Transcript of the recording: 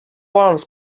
arms